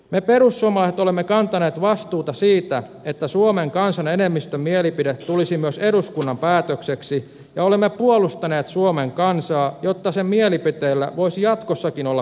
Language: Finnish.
me perussuomalaiset olemme kantaneet vastuuta siitä että suomen kansan enemmistön mielipide tulisi myös eduskunnan päätökseksi ja olemme puolustaneet suomen kansaa jotta sen mielipiteillä voisi jatkossakin olla painoarvoa